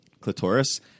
clitoris